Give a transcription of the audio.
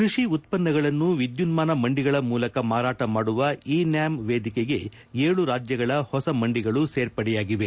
ಕೃಷಿ ಉತ್ಪನ್ನಗಳನ್ನು ವಿದ್ಯುನ್ಮಾನ ಮಂಡಿಗಳ ಮೂಲಕ ಮಾರಾಟ ಮಾಡುವ ಇ ನ್ಯಾಮ್ ವೇದಿಕೆಗೆ ಏಳು ರಾಜ್ನಗಳ ಹೊಸ ಮಂಡಿಗಳು ಸೇರ್ಪಡೆಯಾಗಿವೆ